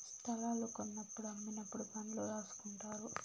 స్తలాలు కొన్నప్పుడు అమ్మినప్పుడు బాండ్లు రాసుకుంటారు